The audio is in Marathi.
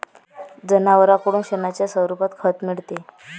जनावरांकडून शेणाच्या स्वरूपात खत मिळते